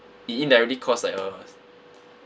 it indirectly caused like a